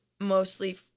mostly